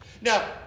Now